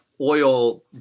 oil